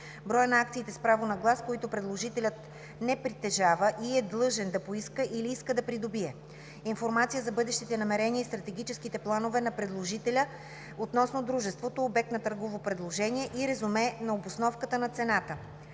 броя на акциите с право на глас, които предложителят не притежава и е длъжен да поиска или иска да придобие; информация за бъдещите намерения и стратегическите планове на предложителя относно дружеството – обект на търговото предложение и резюме на обосновката на цената.”